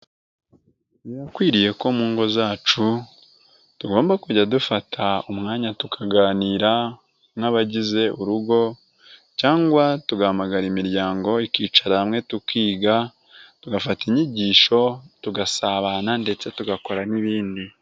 Birakwiriye ko mu ngo zacu, tugomba kujya dufata umwanya tukaganira, nk'abagize urugo, cyangwa tugahamagara imiryango ikicara hamwe tukiga, tugafata inyigisho, tugasabana ndetse tugakora n'ibindi.